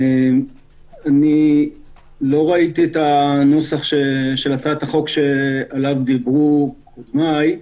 אני לא ראיתי את הנוסח של הצעת החוק שעליו דיברו קודמיי.